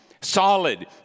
solid